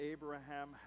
Abraham